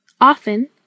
Often